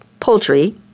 Poultry